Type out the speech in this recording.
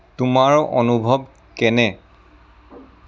তোমাৰ অনুভৱ কেনে